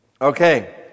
Okay